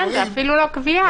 כן, זה אפילו לא קביעה.